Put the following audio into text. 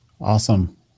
Awesome